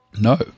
No